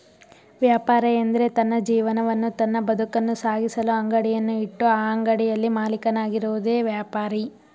ವ್ಯಾಪಾರ ಎಂದ್ರೆ ತನ್ನ ಜೀವನವನ್ನು ತನ್ನ ಬದುಕನ್ನು ಸಾಗಿಸಲು ಅಂಗಡಿಯನ್ನು ಇಟ್ಟು ಆ ಅಂಗಡಿಯಲ್ಲಿ ಮಾಲೀಕನಾಗಿರುವುದೆ ವ್ಯಾಪಾರಿ